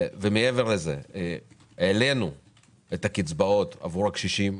מעבר לזה העלינו את הקצבאות עבור הקשישים,